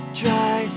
try